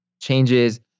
changes